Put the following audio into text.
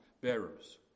bearers